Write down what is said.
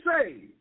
saved